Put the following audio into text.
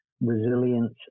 resilience